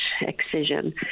excision